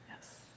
Yes